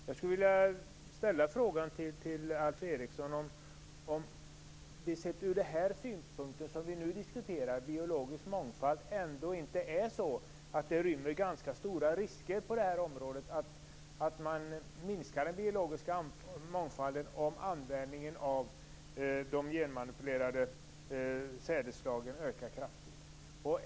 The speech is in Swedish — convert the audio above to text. Jag skulle vilja ställa frågan till Alf Eriksson om det sett från den synpunkt som vi nu diskuterar, dvs. biologisk mångfald, ändå inte rymmer ganska stora risker för att den biologiska mångfalden minskar om användningen av de genmanipulerade sädesslagen ökar kraftigt.